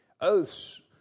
oaths